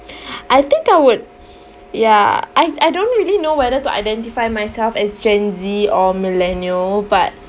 I think I would ya I I don't really know whether to identify myself as gen Z or millennial but